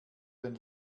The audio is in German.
den